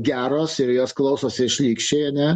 geros ir jos klausosi šlykščiai ane